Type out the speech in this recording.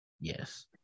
Yes